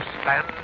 Stand